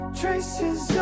traces